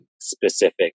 specific